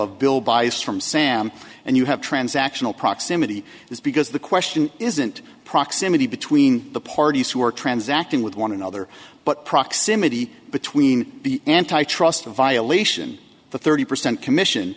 of bill buys from sam and you have transactional proximity is because the question isn't proximity between the parties who are transacting with one another but proximity between the antitrust violation the thirty percent commission